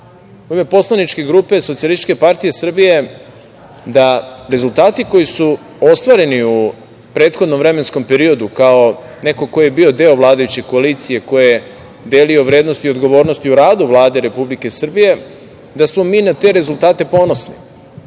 u ime poslaničke grupe SPS da rezultati koji su ostvareni u prethodnom vremenskom periodu kao neko ko je bio deo vladajuće koalicije delio vrednosti odgovornosti u radu Vlade Republike Srbije, da smo mi na te rezultate ponosni.